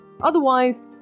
Otherwise